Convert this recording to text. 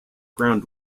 ground